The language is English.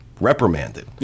reprimanded